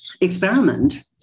experiment